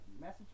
message